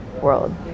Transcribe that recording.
world